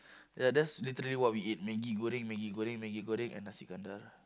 ya that's literally what we eat Maggi-Goreng Maggi-Goreng Maggi-Goreng and Nasi-Kandar